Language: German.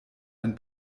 ein